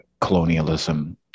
colonialism